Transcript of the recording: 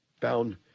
found